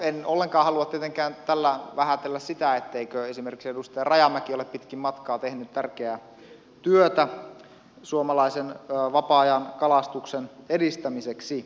en ollenkaan halua tietenkään tällä vähätellä sitä etteikö esimerkiksi edustaja rajamäki ole pitkin matkaa tehnyt tärkeää työtä suomalaisen vapaa ajankalastuksen edistämiseksi